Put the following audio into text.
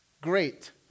Great